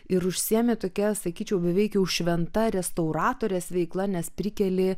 ir užsiimi tokia sakyčiau beveik jau šventa restauratorės veikla nes prikeli